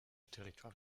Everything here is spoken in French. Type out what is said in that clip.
territoire